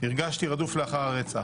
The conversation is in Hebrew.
הרגשתי רדוף לאחר הרצח.